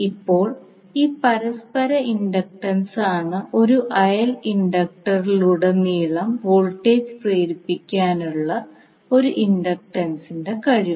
ഇപ്പോൾ ഈ പരസ്പര ഇൻഡക്റ്റൻസാണ് ഒരു അയൽ ഇൻഡക്ടറിലുടനീളം വോൾട്ടേജ് പ്രേരിപ്പിക്കാനുള്ള ഒരു ഇൻഡക്റ്ററിന്റെ കഴിവ്